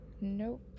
Nope